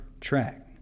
track